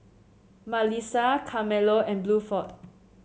Malissa Carmelo and Bluford